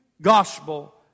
gospel